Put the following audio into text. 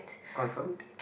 confirmed